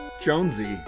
Jonesy